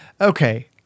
okay